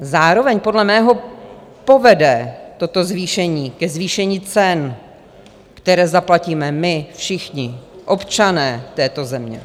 Zároveň podle mého povede toto zvýšení ke zvýšení cen, které zaplatíme my všichni, občané této země.